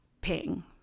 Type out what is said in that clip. ping